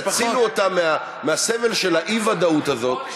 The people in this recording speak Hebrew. תצילו אותם מהסבל של האי-ודאות הזאת,